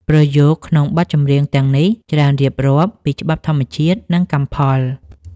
ប្រយោគក្នុងបទចម្រៀងទាំងនេះ ច្រើនរៀបរាប់ពីច្បាប់ធម្មជាតិ និងកម្មផល។